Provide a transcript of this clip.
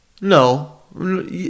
No